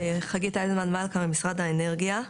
חגית אייזנמן-מלכה ממשרד האנרגיה.